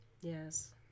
Yes